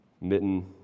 Mitten